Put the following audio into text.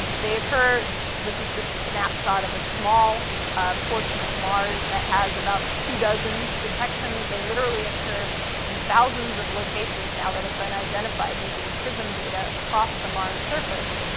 and they occur this is just a snapshot of a small portion of mars that has about two dozen detections. they literally occur in thousands of locations now that have been identified using crism data across the mars surface.